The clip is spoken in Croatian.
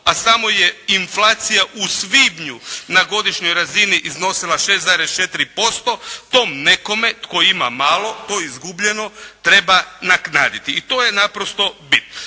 a samo je inflacija u svibnju na godišnjoj razini iznosila 6,4% tom nekome tko ima malo, to izgubljeno treba nadoknaditi i to je naprosto bit.